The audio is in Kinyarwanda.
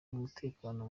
umutekano